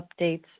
updates